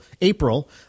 April